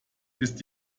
ist